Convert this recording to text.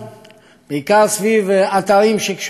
בעיקר סביב אתרים שקשורים בבז"ן,